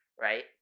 right